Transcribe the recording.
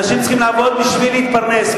אנשים צריכים לעבוד בשביל להתפרנס,